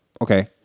Okay